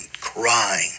crying